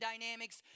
dynamics